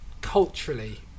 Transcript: culturally